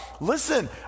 listen